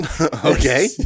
Okay